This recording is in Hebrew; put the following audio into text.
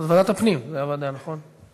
אז ועדת הפנים זו הוועדה, נכון?